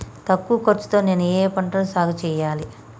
తక్కువ ఖర్చు తో నేను ఏ ఏ పంటలు సాగుచేయాలి?